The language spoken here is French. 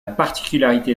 particularité